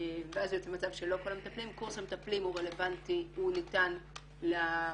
ואז יוצא מצב שלא כל המטפלים- -- קורס המטפלים ניתן למוסדות,